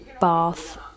bath